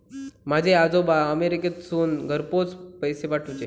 माझे आजोबा अमेरिकेतसून घरपोच पैसे पाठवूचे